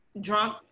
drunk